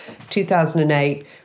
2008